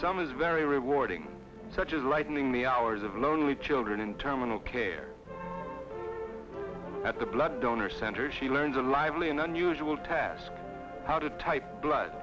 some is very rewarding such as lightening the hours of lonely children in terminal care at the blood donor center she learns a lively and unusual task how to type blood